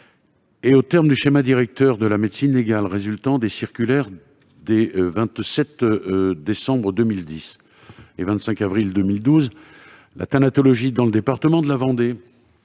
Aux termes du schéma directeur de la médecine légale résultant des circulaires des 27 décembre 2010 et 25 avril 2012, la thanatologie dans le département de la Vendée,